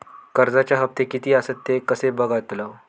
कर्जच्या हप्ते किती आसत ते कसे बगतलव?